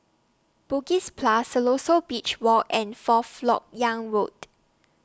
Bugis Plus Siloso Beach Walk and Fourth Lok Yang Road